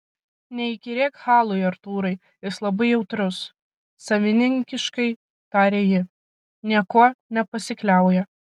neįkyrėk halui artūrai jis labai jautrus savininkiškai tarė ji niekuo nepasikliauja